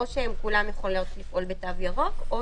או שכולן יכולות לפעול בתו ירוק או